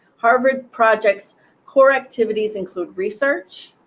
harvard project's core activities include research,